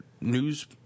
News